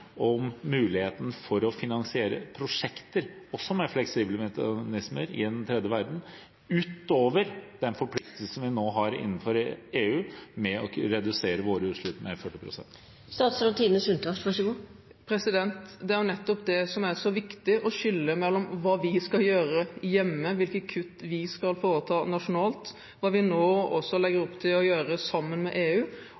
muligheten for å finansiere prosjekter også med fleksible mekanismer i den tredje verden, utover den forpliktelse som vi nå har innenfor EU til å redusere våre utslipp med 40 pst? Det er nettopp det som er så viktig: å skille mellom hva vi skal gjøre hjemme – hvilke kutt vi skal foreta nasjonalt – hva vi nå legger opp til å gjøre sammen med EU,